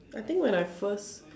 I think when I first